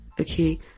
okay